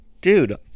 Dude